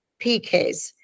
pks